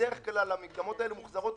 נמצא עכשיו